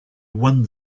one